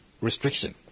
restriction